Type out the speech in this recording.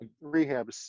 rehab